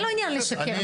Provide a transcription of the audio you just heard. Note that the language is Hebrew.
אין לו עניין לשקר,